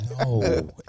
No